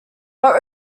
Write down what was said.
but